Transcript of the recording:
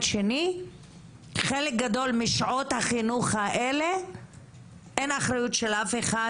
השני חלק גדול משעות החינוך האלה הן באחריותו של אף אחד,